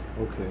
Okay